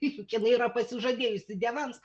juk jinai yra pasižadėjusi dievams